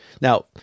Now